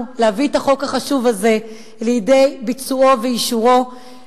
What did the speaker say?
להביא את החוק החשוב הזה לידי ביצועו ואישורו,